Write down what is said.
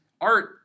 art